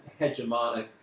hegemonic